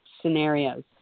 scenarios